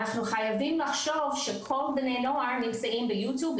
אנחנו חייבים לחשוב שכל בני הנוער נמצאים ביוטיוב,